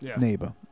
neighbor